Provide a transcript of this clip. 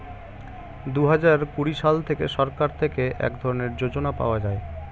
দুহাজার কুড়ি সাল থেকে সরকার থেকে এক ধরনের যোজনা পাওয়া যায়